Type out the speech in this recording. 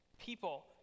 people